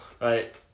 right